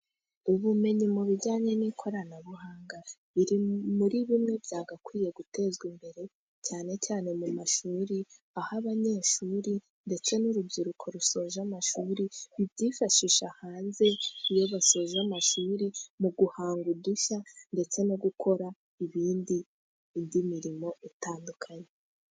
Ubumenyi mu bijyanye n'ikoranabuhanga, biri muri bimwe byagakwiye gutezwa imbere, cyane cyane mu mashuri ho abanyeshuri ndetse n'urubyiruko rusoje amashuri, babyifashisha hanze iyo basoje amashuri mu guhanga udushya ndetse no gukora ibindi, indi mirimo itandukanye.